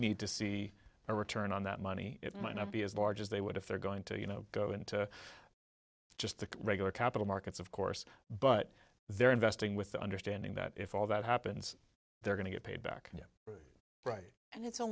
need to see a return on that money might not be as large as they would if they're going to you know go into just the regular capital markets of course but they're investing with the understanding that if all that happens they're going to get paid back yet right and it's a